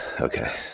Okay